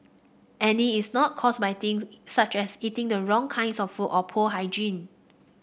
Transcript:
acne is not caused by things such as eating the wrong kinds of food or poor hygiene